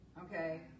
okay